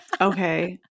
Okay